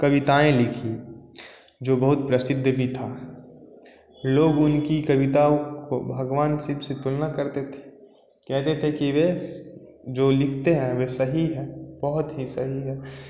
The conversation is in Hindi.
कविताएँ लिखी जो बहुत प्रसिद्ध भी थीं लोग उनकी कविताओं को भगवान शिव से तुलना करते थे कहते थे कि वे जो लिखते हैं वे सही है बहुत ही सही है